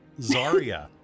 Zarya